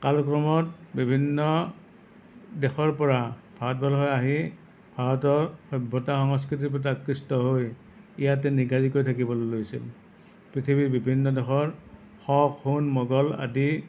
কালক্ৰমত বিভিন্ন দেশৰ পৰা ভাৰতবৰ্ষলৈ আহি ভাৰতৰ সভ্য়তা সংস্কৃতিৰ প্ৰতি আকৃষ্ট হৈ ইয়াতে নিগাজিকৈ থাকিবলৈ লৈছিল পৃথিৱীৰ বিভিন্ন দেশৰ শক হুন মোগল আদি